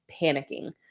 panicking